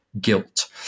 guilt